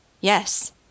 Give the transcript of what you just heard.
Yes